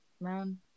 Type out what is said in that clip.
man